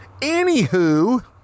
Anywho